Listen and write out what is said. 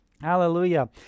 Hallelujah